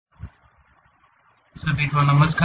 computer graphics का अवलोकन - I सभी को नमस्कार